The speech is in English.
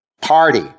Party